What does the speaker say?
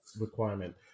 requirement